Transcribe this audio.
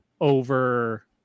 over